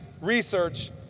research